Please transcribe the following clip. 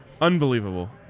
unbelievable